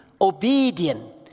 obedient